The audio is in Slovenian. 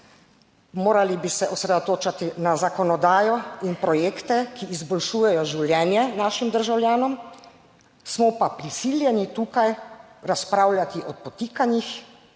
morali bi se osredotočati na zakonodajo in projekte, ki izboljšujejo življenje našim državljanom, smo pa prisiljeni tukaj razpravljati o podtikanjih,